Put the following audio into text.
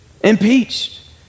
impeached